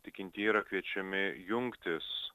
tikintieji yra kviečiami jungtis